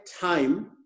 time